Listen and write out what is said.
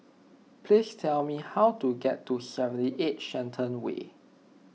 please tell me how to get to seventy eight Shenton Way